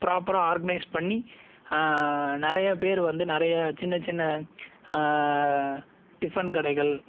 ப்ராப்பராக ஆர்கனைஸ் பண்ணி நிறைய பேர் வந்து நிறைய சின்ன சின்ன டிஃபன் கடைகள்